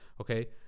okay